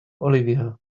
olivia